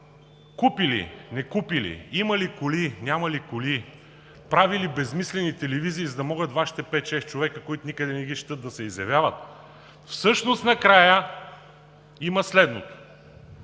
купили, некупили, имали коли, нямали коли, правили безсмислени телевизии, за да могат Вашите пет, шест човека, които никъде не ги щат, да се изявяват. Всъщност накрая има следното: